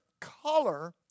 color